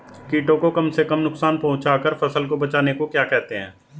कीटों को कम से कम नुकसान पहुंचा कर फसल को बचाने को क्या कहते हैं?